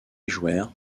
jouèrent